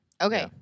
okay